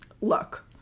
look